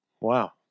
Wow